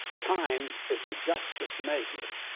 time is a justice measure.